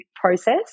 process